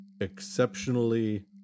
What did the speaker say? exceptionally